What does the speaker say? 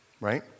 right